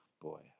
Boy